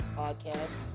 podcast